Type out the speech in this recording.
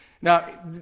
Now